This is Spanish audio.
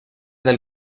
del